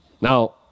Now